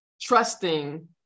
trusting